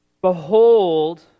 Behold